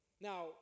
Now